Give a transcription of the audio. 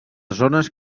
zones